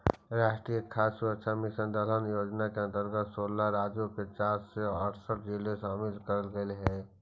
राष्ट्रीय खाद्य सुरक्षा मिशन दलहन योजना के अंतर्गत सोलह राज्यों के चार सौ अरसठ जिले शामिल करल गईल हई